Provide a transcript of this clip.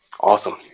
Awesome